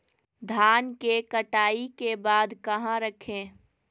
धान के कटाई के बाद कहा रखें?